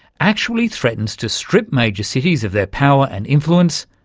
actually threatens to strip major cities of their power and influence,